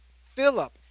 Philip